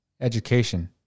education